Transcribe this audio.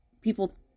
People